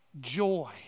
joy